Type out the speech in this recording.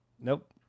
nope